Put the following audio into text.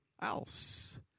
else